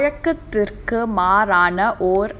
வழக்கத்திற்கு மாறான ஓர்:valakathiruku maarana or